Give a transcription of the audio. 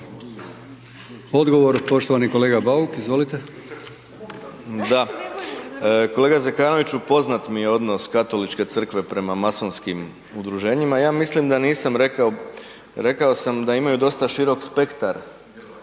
Odgovor, poštovani kolega Bauk. **Bauk, Arsen (SDP)** da, kolega Zekanoviću, poznat mi je odnos Katoličke Crkve prema masonskim udruženjima. Ja mislim da nisam rekao, rekao sam da imaju dosta širok spektar